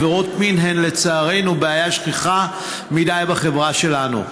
עבירות מין הן לצערנו בעיה שכיחה מדי בחברה שלנו.